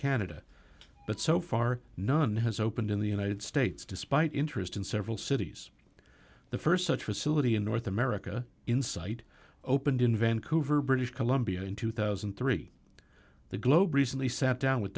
canada but so far none has opened in the united states despite interest in several cities the st such facility in north america insight opened in vancouver british columbia in two thousand and three the globe recently sat down with